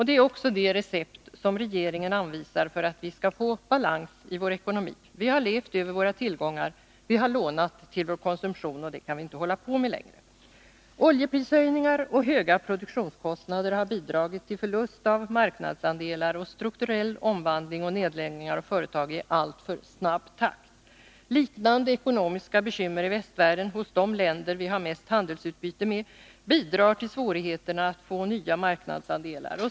Det är också det recept som regeringen anvisar för att vi skall få balans i vår ekonomi. Vi har levt över våra tillgångar, vi har lånat till vår konsumtion. Det kan vi inte hålla på med längre. Oljeprishöjningar och höga produktionskostnader har bidragit till förlust av marknadsandelar samt strukturell omvandling och nedläggningar av företag i alltför snabb takt. Liknande ekonomiska bekymmer i västvärlden hos de länder vi har mest handelsutbyte med bidrar till svårigheterna att få nya marknadsandelar.